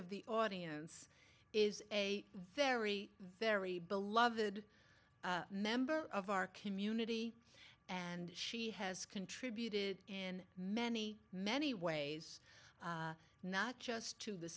of the audience is a very very beloved member of our community and she has contributed in many many ways not just to the